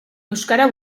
euskara